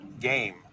game